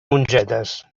mongetes